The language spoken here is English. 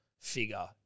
figure